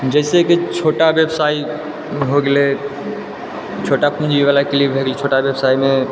जैसे कि छोटा ब्यबसाय हो गेलै छोटा पूँजी बला के लिए भए गेलै छोटा ब्यबसाय मे